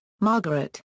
Margaret